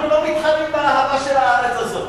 אנחנו לא מתחרים באהבה של הארץ הזאת.